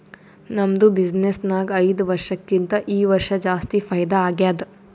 ನಮ್ದು ಬಿಸಿನ್ನೆಸ್ ನಾಗ್ ಐಯ್ದ ವರ್ಷಕ್ಕಿಂತಾ ಈ ವರ್ಷ ಜಾಸ್ತಿ ಫೈದಾ ಆಗ್ಯಾದ್